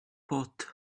pot